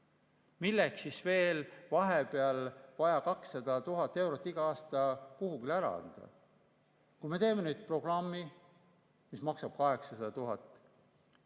Milleks siis veel vahepeal on vaja 200 000 eurot iga aasta kuhugi ära anda? Me teeme nüüd programmi, mis maksab 800 000,